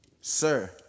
Sir